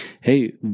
Hey